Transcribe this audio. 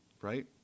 Right